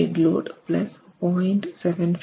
67DL 0